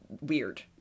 weird